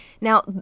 Now